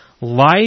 life